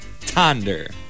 Thunder